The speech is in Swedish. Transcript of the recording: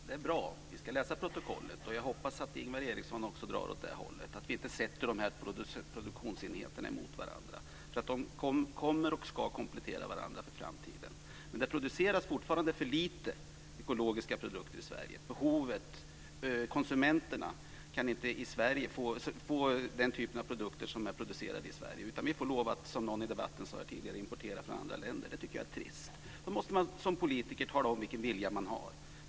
Fru talman! Ja, det är sant. Det är bra. Vi ska läsa protokollet. Jag hoppas att Ingvar Eriksson också drar åt det hållet att vi inte sätter de här produktionsenheterna emot varandra. De ska och kommer att komplettera varandra för framtiden. Det produceras fortfarande för lite ekologiska produkter i Sverige. Konsumenterna i Sverige kan inte få den typen av produkter som är producerade i Sverige, utan vi får, som någon sade i debatten tidigare, importera från andra länder. Jag tycker att det är trist. Då måste man som politiker tala om vilken vilja man har.